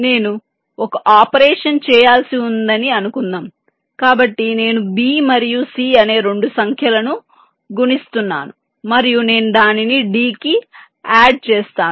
నేను ఒక ఆపరేషన్ చేయాల్సి ఉందని అనుకుందాం కాబట్టి నేను b మరియు c అనే రెండు సంఖ్యలను గుణిస్తున్నాను మరియు నేను దానిని d కి జతచేస్తాను